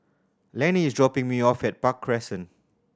Lanie is dropping me off at Park Crescent